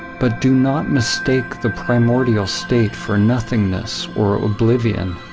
but do not mistake the primordial state for nothingness or oblivion.